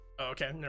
Okay